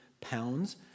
pounds